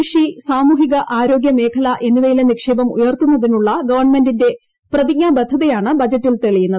കൃഷി സാമൂഹിക ആരോഗ്യ മേഖല എന്നിവയിലെ നിക്ഷേപം ഉയർത്തുന്നതിനുള്ള ഗവൺമെന്റിന്റെ പ്രതിജ്ഞാബദ്ധതയാണ് ബജറ്റിൽ തെളിയുന്നത്